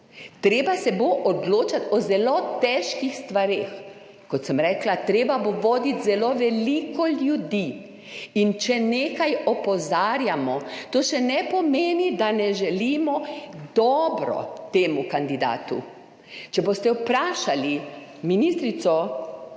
Treba se bo odločati o zelo težkih stvareh, kot sem rekla, treba bo voditi zelo veliko ljudi, in če nekaj opozarjamo, to še ne pomeni, da ne želimo dobro temu kandidatu. Če boste vprašali ministrico